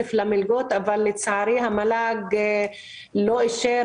כסף למלגות אבל לצערי המועצה להשכלה גבוהה לא אישרה